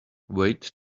wait